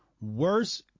Worse